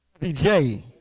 DJ